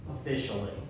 officially